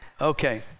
Okay